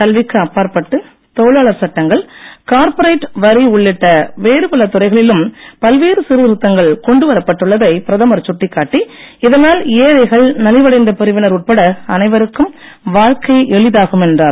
கல்விக்கு அப்பாற்பட்டு தொழிலாளர் சட்டங்கள் கார்பொரேட் வரி உள்ளிட்ட வேறுபல துறைகளிலும் பல்வேறு சீர்திருத்தங்கள் கொண்டுவரப் பட்டுள்ளதை பிரதமர் சுட்டிக்காட்டி இதனால் ஏழைகள் நலிவடைந்த பிரிவினர் உட்பட அனைவருக்கும் வாழ்க்கை எளிதாகும் என்றார்